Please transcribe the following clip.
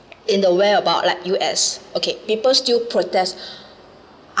in the where about like U_S okay people still protest